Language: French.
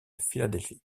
philadelphie